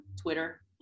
Twitter